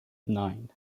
nine